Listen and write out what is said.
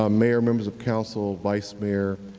um mayor, members of council, vice mayor,